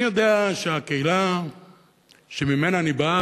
אני יודע שהקהילה שממנה אני בא,